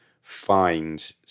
find